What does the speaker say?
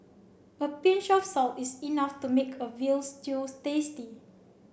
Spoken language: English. a pinch of salt is enough to make a veal stew tasty